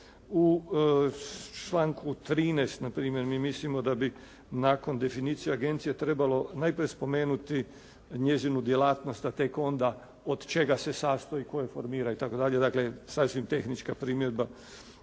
U članku 13. na primjer mi mislimo da bi nakon definicije agencije trebalo najprije spomenuti njezinu djelatnost a tek onda od čega se sastoji, tko je formira itd., dakle sasvim tehnička primjedba.